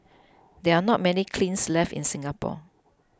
there are not many kilns left in Singapore